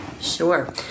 Sure